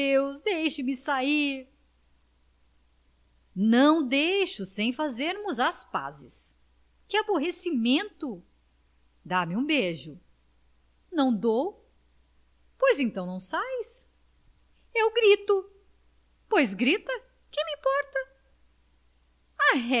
deixe-me sair não deixo sem fazermos as pazes que aborrecimento dá-me um beijo não dou pois então não sais eu grito pois grita que me importa